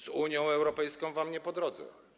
Z Unią Europejską wam nie po drodze.